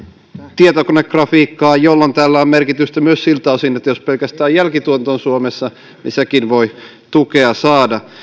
tietokonegrafiikkaa jolloin tällä on merkitystä myös siltä osin että jos pelkästään jälkituotanto on suomessa niin sekin voi tukea saada